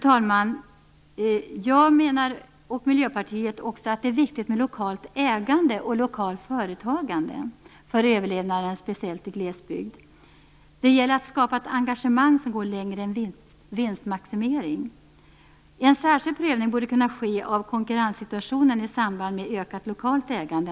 Jag och Miljöpartiet menar att det är viktigt med lokalt ägande och lokalt företagande för överlevnaden speciellt i glesbygd. Det gäller att skapa ett engagemang som går längre än vinstmaximering. En särskild prövning borde kunna ske av konkurrenssituationen i samband med ökat lokalt ägande.